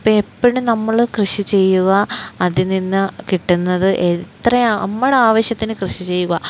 അപ്പോള് എപ്പോഴും നമ്മള് കൃഷി ചെയ്യുക അതിൽ നിന്ന് കിട്ടുന്നത് എത്രയാണ് നമ്മുടെ ആവശ്യത്തിന് കൃഷി ചെയ്യുക